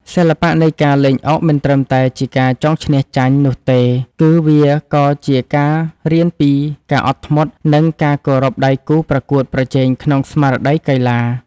សិល្បៈនៃការលេងអុកមិនត្រឹមតែជាការចង់ឈ្នះចង់ចាញ់នោះទេ គឺ វាក៏ជាការរៀនពីការអត់ធ្មត់និងការគោរពដៃគូប្រកួតប្រជែងក្នុងស្មារតីកីឡា។